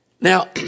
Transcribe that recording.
Now